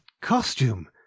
costume